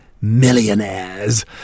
millionaires